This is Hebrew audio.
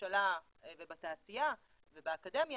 בממשלה ובתעשייה ובאקדמיה,